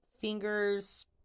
fingers